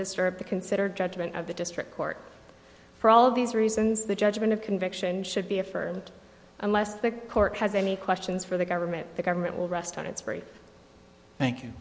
disturb the considered judgment of the district court for all of these reasons the judgment of conviction should be affirmed unless the court has any questions for the government the government will rest on its very thank you